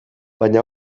baina